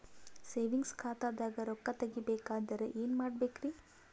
Savings ಖಾತಾದಾಗ ರೊಕ್ಕ ತೇಗಿ ಬೇಕಾದರ ಏನ ಮಾಡಬೇಕರಿ?